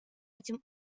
этим